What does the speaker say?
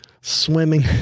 swimming